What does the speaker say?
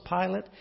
Pilate